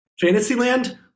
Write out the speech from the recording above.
Fantasyland